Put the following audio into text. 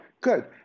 Good